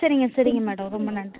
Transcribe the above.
சரிங்க சரிங்க மேடோம் ரொம்ப நன்றி